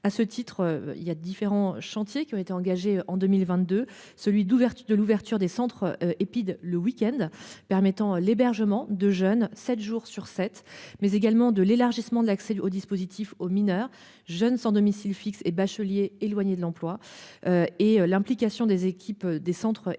à ce titre, il y a différents chantiers qui ont été engagées en 2022, celui d'ouverture de l'ouverture des centres Epide le end permettant l'hébergement de jeunes, 7 jours sur 7 mais également de l'élargissement de l'accès aux dispositifs aux mineurs jeunes sans-domicile-fixe et bachelier éloignés de l'emploi. Et l'implication des équipes des centres et des